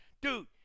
dude